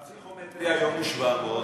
הפסיכומטרי היום הוא 700,